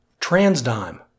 Transdime